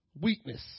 weakness